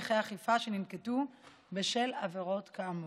הליכי אכיפה שננקטו בשל עבירות כאמור.